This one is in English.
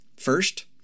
First